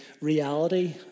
reality